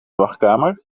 wachtkamer